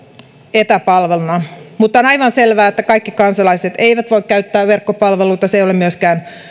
etäpalveluna mutta on aivan selvää että kaikki kansalaiset eivät voi käyttää verkkopalveluita se ei ole myöskään